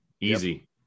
Easy